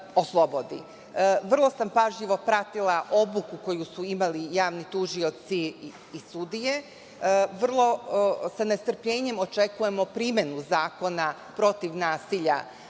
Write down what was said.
sam pažljivo pratila obuku koju su imali javni tužioci i sudije, sa nestrpljenjem očekujemo primenu Zakona protiv nasilja